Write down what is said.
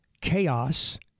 chaos